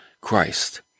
Christ